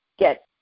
get